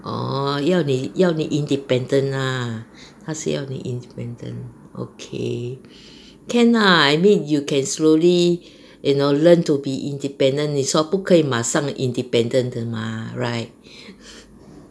orh 要你要你 independent lah 他是要你 independent okay can lah I mean you can slowly you know learn to be independent 不可以马上 independent 的 mah right